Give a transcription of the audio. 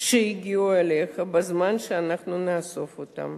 שיגיעו אליך כאשר אנחנו נאסוף אותם